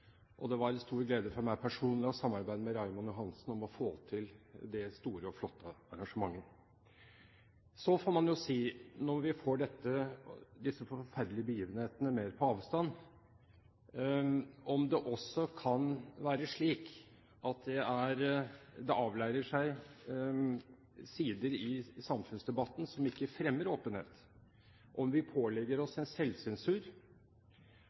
Det var en stor glede for meg personlig å samarbeide med Raymond Johansen om å få til det store og flotte arrangementet. Så får man spørre, når man får disse forferdelige begivenhetene mer på avstand, om det også kan være slik at det avleirer seg sider ved samfunnsdebatten som ikke fremmer åpenhet, om vi pålegger oss en selvsensur,